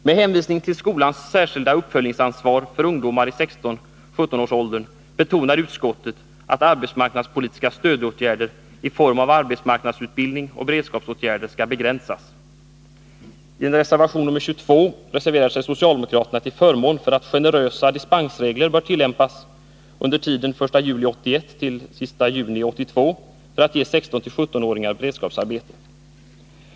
Med hänvisning till skolans särskilda uppföljningsansvar för ungdomar i 16-17-årsåldern betonar utskottet att arbetsmarknadspolitiska stödåtgärder i form av arbetsmarknadsutbildning och beredskapsåtgärder skall begränsas. I reservation nr 22 vid arbetsmarknadsutskottets betänkande 21 reserverar sig socialdemokraterna till förmån för att generösa dispensregler bör tillämpas under tiden den 1 juli 1981—den 30 juni 1982 för att ge 16-17-åringar beredskapsarbete.